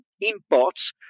imports